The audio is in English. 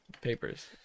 papers